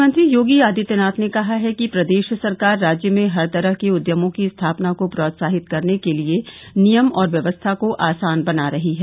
मुख्यमंत्री योगी आदित्यनाथ ने कहा है कि प्रदेश सरकार राज्य में हर तरह के उद्यमों की स्थापना को प्रोत्साहित करने के लिये नियम और व्यवस्था को आसान बना रही है